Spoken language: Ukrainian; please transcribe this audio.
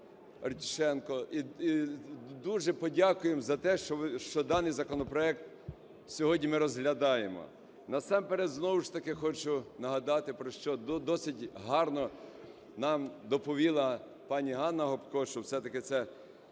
І дуже подякуємо за те, що даний законопроект сьогодні ми розглядаємо. Насамперед, знову ж таки, хочу нагадати про що досить гарно нам доповіла пані ГаннаГопко, що все-таки це